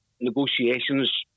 negotiations